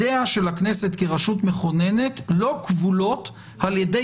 שידיה של הכנסת כרשות מכוננת אינן כבולות על ידי